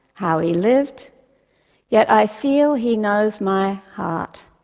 how he lived yet i feel he knows my heart.